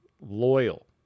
loyal